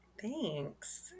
Thanks